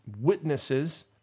witnesses